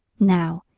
now,